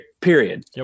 Period